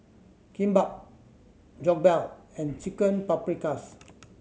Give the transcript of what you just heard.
Kimbap Jokbal and Chicken Paprikas